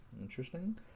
Interesting